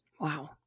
Wow